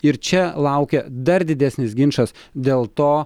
ir čia laukia dar didesnis ginčas dėl to